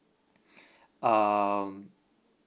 um